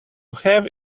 have